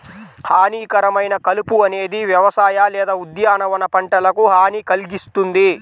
హానికరమైన కలుపు అనేది వ్యవసాయ లేదా ఉద్యానవన పంటలకు హాని కల్గిస్తుంది